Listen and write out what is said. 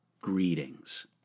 greetings